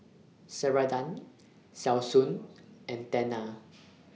Ceradan Selsun and Tena